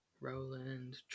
Roland